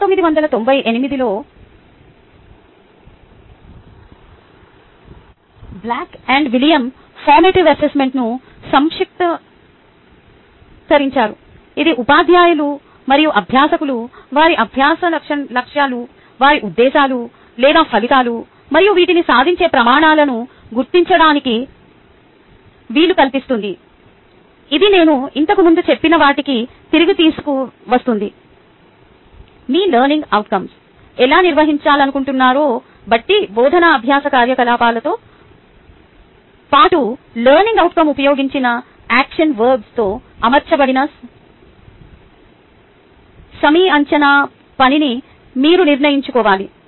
1998 లో Black and William formative అసెస్మెంట్ను సంక్షిప్తీకరించారు ఇది ఉపాధ్యాయులు మరియు అభ్యాసకులు వారి అభ్యాస లక్ష్యాలు వారి ఉద్దేశాలు లేదా ఫలితాలు మరియు వీటిని సాధించే ప్రమాణాలను గుర్తించడానికి వీలు కల్పిస్తుంది ఇది నేను ఇంతకు ముందు చెప్పిన వాటికి తిరిగి తీసుకువస్తుంది మీ లెర్నింగ్ అవుట్కం ఎలా నిర్వహించాలనుకుంటున్నారో బట్టి బోధనా అభ్యాస కార్యకలాపాలతో పాటు లెర్నింగ్ అవుట్కం ఉపయోగించిన యాక్షన్ వర్బ్తో అమర్చబడిన మీ అంచనా పనిని మీరు నిర్ణయించుకోవాలి